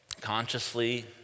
consciously